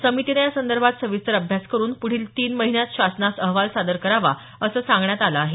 समितीनं यासंदर्भात सविस्तर अभ्यास करुन पूढील तीन महिन्यात शासनास अहवाल सादर करावा असं सांगण्यात आल आहे